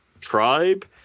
tribe